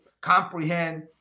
comprehend